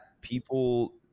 people